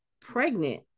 pregnant